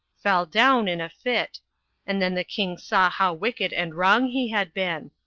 fell down in a fit and then the king saw how wicked and wrong he had been.